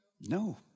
No